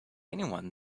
anyone